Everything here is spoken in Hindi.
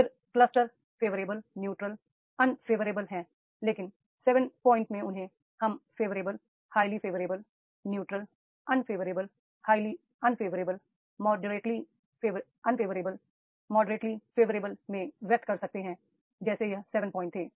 फिर क्लस्टर फेवरेबल न्यूट्रल और अनफेवरेबल है लेकिन 7 पॉइंट्स में उन्हें हम favourable highly favourable neutral unfavourable highly unfavourable moderately unfavourable moderately favourable में व्यक्त कर सकते हैंi जैसे यह 7 अंक थे